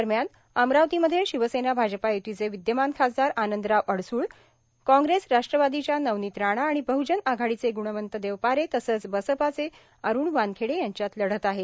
दरम्यान अमरावतीमध्ये शिवसेना भाजपा य्तीचे विद्यमान खासदार आनंदराव अडसूळ कांग्रेस राष्ट्रवादीच्या नवणीत राणा आणि बहजन आघाडीचे ग्णवंत देवपारे तसंच बसपाचे अरूण वानखेडे यांच्यात लढत आहे